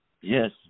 Yes